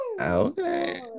Okay